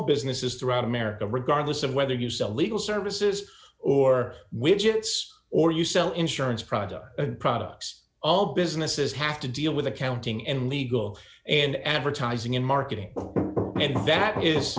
businesses throughout america regardless of whether you sell legal services or widgets or you sell insurance products products all businesses have to deal with accounting and legal and advertising in marketing and that is